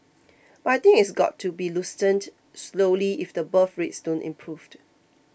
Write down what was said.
but I think it's got to be loosened slowly if the birth rates don't improved